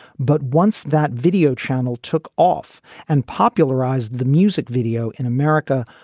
but once that video channel took off and popularized the music video in america,